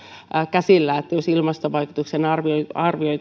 käsillä että jos ilmastovaikutusten arviointia